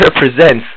represents